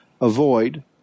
avoid